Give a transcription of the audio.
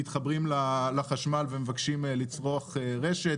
מתחברים לחשמל ומבקשים לצרוך רשת.